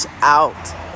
out